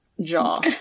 jaw